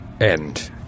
end